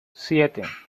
siete